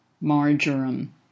marjoram